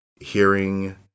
hearing